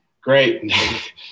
great